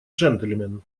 джентльмен